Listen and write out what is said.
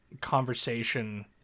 conversation